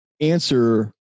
answer